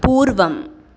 पूर्वम्